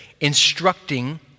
Instructing